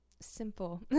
simple